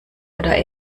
oder